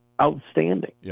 outstanding